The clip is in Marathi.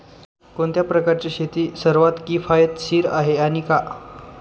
कोणत्या प्रकारची शेती सर्वात किफायतशीर आहे आणि का?